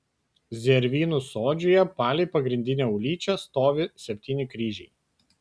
zervynų sodžiuje palei pagrindinę ulyčią stovi septyni kryžiai